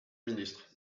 ministre